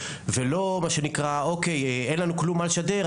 כולנו צריכים להכיר בזה ולא היינו צריכים את סימון.